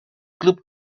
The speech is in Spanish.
club